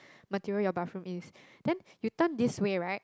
material your bathroom is then you turn this way right